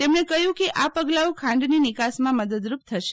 તેમજ્ઞે કહ્યું કે આ પગલાઓ ખાંડની નિકાસમાં મદદરૂપ થશે